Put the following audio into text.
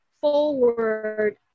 forward